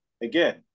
again